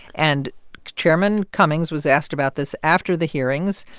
and chairman cummings was asked about this after the hearings,